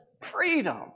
freedom